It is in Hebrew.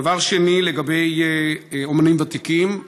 דבר שני, לגבי אומנים ותיקים,